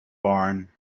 barn